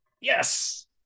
Yes